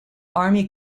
army